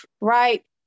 right